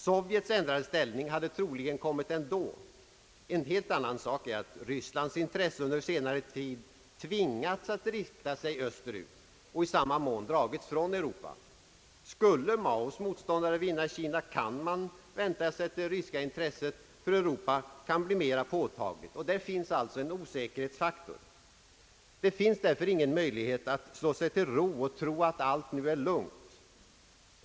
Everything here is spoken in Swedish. Sovjets ändrade ställning hade troligen kommit ändå. En helt annan sak är att Rysslands intressen under senare tid tvingats att rikta sig österut och i samma mån dragits från Europa. Skulle Maos motståndare vinna i Kina, kan man vänta sig att det ryska intresset för Europa kan bli mera påtagligt. Där finns alltså en osäkerhetsfaktor. Det finns därför ingen möjlighet att slå sig till ro och tro att allt nu är lugnt.